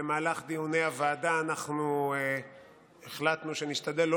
במהלך דיוני הוועדה אנחנו החלטנו שנשתדל לא